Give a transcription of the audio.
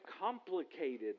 complicated